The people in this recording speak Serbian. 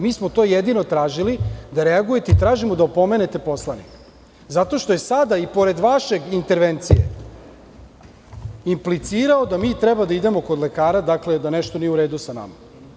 Mi smo to jedino tražili, da reagujete i tražimo da opomenete poslanika zato što je sada, i pored vaše intervencije, implicirao da mi treba da idemo kod lekara, da nešto nije u redu sa nama.